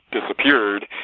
disappeared